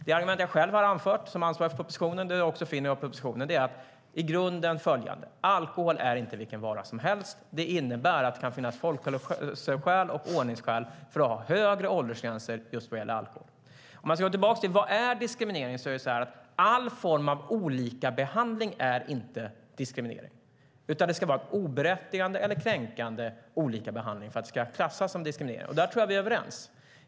Det argument jag själv har anfört som ansvarig för propositionen finns också i propositionen. Det är i grunden följande: Alkohol är inte vilken vara som helst. Det innebär att det kan finnas folkhälsoskäl och ordningsskäl för att ha högre åldersgränser just när det gäller alkohol. Låt mig gå tillbaka till vad diskriminering är. All form av olikabehandling är inte diskriminering, utan det ska oberättigad eller kränkande olikabehandling för det ska klassas som diskriminering. Där tror jag att vi är överens.